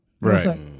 Right